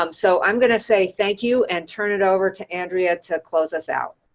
um so i'm going to say thank you and turn it over to andrea to close us out.